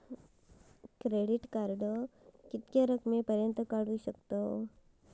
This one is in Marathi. क्रेडिट कार्ड किती रकमेपर्यंत काढू शकतव?